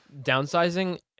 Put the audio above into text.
Downsizing